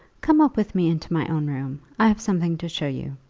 come up with me into my own room i have something to show you,